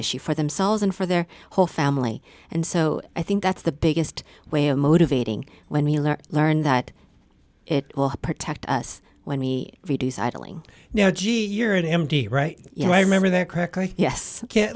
issue for themselves and for their whole family and so i think that's the biggest way of motivating when we learn learn that it will protect us when we reduce idling you know gee you're an m d right you know i remember that correctly yes